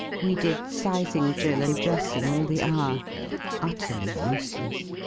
we did sizing drill and dressing all the hour utterly useless.